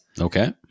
Okay